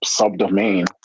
subdomain